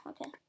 okay